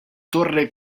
torre